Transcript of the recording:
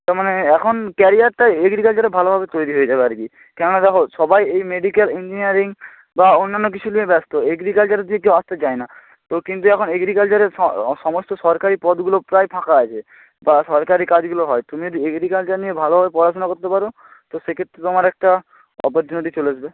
তার মানে এখন ক্যারিয়ারটা এগ্রিকালচারে ভালোভাবে তৈরি হয়ে যাবে আর কি কেননা দেখো সবাই এই মেডিক্যাল ইঞ্জিনিয়ারিং বা অন্যান্য কিছু লিয়ে ব্যস্ত এগ্রিকালচারের দিকে কেউ আসতে চায় না তো কিন্তু এখন এগ্রিকালচারে সমস্ত সরকারি পদগুলো প্রায় ফাঁকা আছে তা সরকারি কাজগুলো হয় তুমি যদি এগ্রিকালচার নিয়ে ভালোভাবে পড়াশুনা করতে পারো তো সেক্ষেত্রে তোমার একটা অপরচুনিটি চলে আসবে